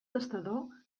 testador